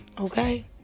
Okay